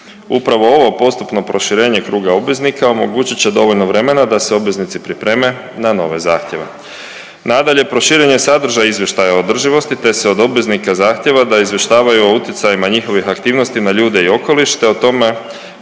Upravo ovo postupno proširenje kruga obveznika omogućit će dovoljno vremena da se obveznici pripreme na nove zahtjeve. Nadalje, proširen je sadržaj izvještaja o održivosti te se od obveznika zahtjeva da izvještavaju o utjecajima njihovih aktivnosti na ljude i okoliš te o tome